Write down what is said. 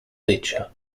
pitcher